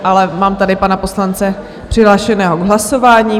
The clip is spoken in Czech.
Ale mám tady pana poslance přihlášeného k hlasování.